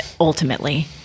ultimately